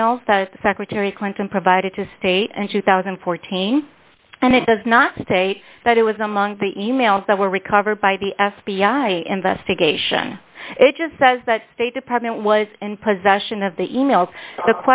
e mails that secretary clinton provided to state and two thousand and fourteen and it does not state that it was among the e mails that were recovered by the f b i investigation it just says that state department was in possession of the e mails the